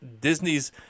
Disney's